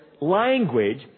language